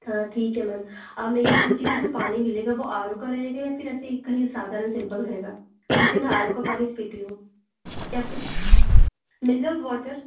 हाँ ठीक है मैम मैं ये पूछी जैसे पानी मिलेगा वो आर ओ का रहेगा या फिर ऐसे ही कहीं साधारण सिम्पल रहेगा क्योंकि मैं आर ओ का पानी पीती हूँ या फिर मिनरल वॉटर